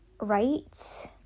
right